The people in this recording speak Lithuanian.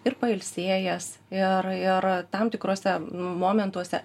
ir pailsėjęs ir ir tam tikruose nu momentuose